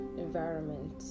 environment